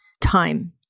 time